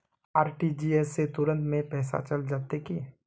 RTGS से तुरंत में पैसा चल जयते की?